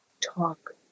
talk